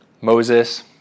Moses